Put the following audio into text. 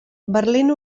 berlín